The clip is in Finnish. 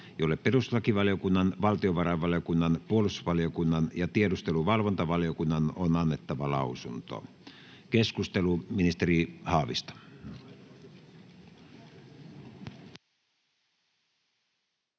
jolle perustuslakivaliokunnan, valtiovarainvaliokunnan, puolustusvaliokunnan ja tiedusteluvalvontavaliokunnan on annettava lausunto. — Keskustelu, ministeri Haavisto.